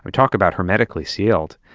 but talk about hermetically sealed.